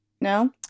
No